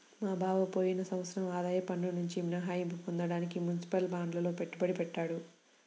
మా బావ పోయిన సంవత్సరం ఆదాయ పన్నునుంచి మినహాయింపు పొందడానికి మునిసిపల్ బాండ్లల్లో పెట్టుబడి పెట్టాడు